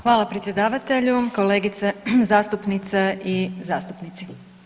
Hvala predsjedavatelju, kolegice zastupnice i zastupnici.